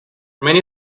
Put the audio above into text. many